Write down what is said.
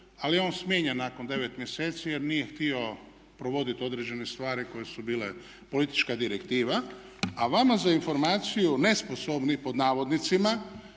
ali je on smijenjen nakon devet mjeseci jer nije htio provoditi određene stvari koje su bile politička direktiva. A vama za informaciju "nesposobni" pod navodnicima